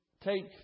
take